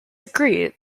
agreed